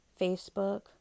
Facebook